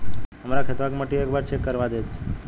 हमरे खेतवा क मटीया एक बार चेक करवा देत?